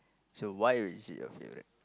so why is it your favourite